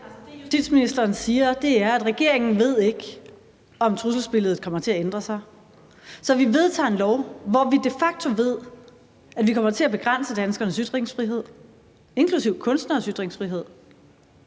det, justitsministeren siger, er, at regeringen ikke ved, om trusselsbilledet kommer til at ændre sig. Så vi vedtager et lovforslag, hvor vi de facto ved, at vi kommer til at begrænse danskernes ytringsfrihed, inklusive kunstneres ytringsfrihed,